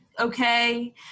okay